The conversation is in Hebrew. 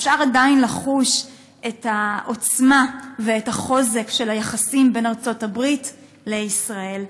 אפשר עדיין לחוש את העוצמה ואת החוזק של היחסים בין ארצות-הברית לישראל,